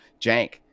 jank